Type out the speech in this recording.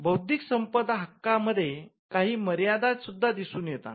बौद्धिक संपदा हक्कांमध्ये काही मर्यादा सुद्धा दिसून येतात